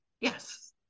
Yes